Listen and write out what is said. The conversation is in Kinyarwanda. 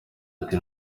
ati